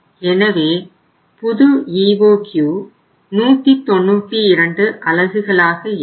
எனவே புது EOQ 192 அலகுகளாக இருக்கும்